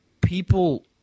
people